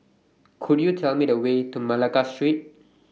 Could YOU Tell Me The Way to Malacca Street